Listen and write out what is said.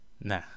Nah